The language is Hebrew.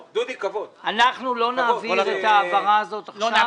הפנייה נועדה לעשות שינויים